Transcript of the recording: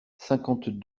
cinquante